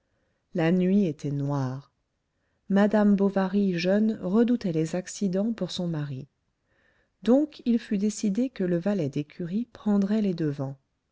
la nuit était noire madame bovary jeune redoutait les accidents pour son mari donc il fut décidé que le valet d'écurie prendrait les devants